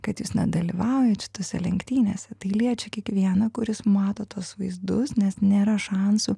kad jis nedalyvaujat šitose lenktynėse tai liečia kiekvieną kuris mato tuos vaizdus nes nėra šansų